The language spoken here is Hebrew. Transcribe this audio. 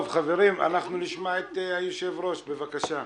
נשמע את יושב-ראש תאגיד השידור, בבקשה.